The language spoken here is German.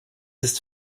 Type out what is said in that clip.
ist